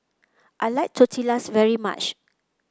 I like Tortillas very much